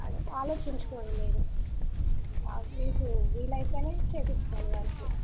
అదే ఆలోచించుకోండి మీరు మీకు వీలైతేనే చేయిపిచ్చుకోండి వర్క్